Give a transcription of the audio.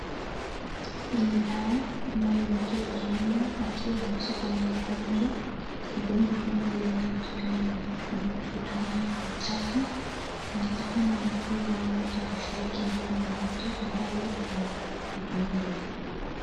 Hii ni dawa ambayo mtu akishikwa na ugonjwa, ugonjwa ambao maybe hutokana na maybe choo chafu utokana na pia watu kushiriki ngono na mtu ambaye ako na ugonjwa.